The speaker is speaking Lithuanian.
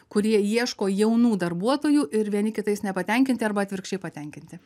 kurie ieško jaunų darbuotojų ir vieni kitais nepatenkinti arba atvirkščiai patenkinti